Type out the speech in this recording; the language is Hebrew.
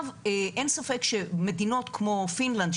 אין ספק שמדינות כמו פינלנד,